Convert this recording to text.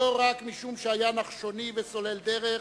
לא רק משום שהיה נחשוני וסולל דרך,